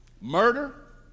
Murder